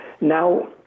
Now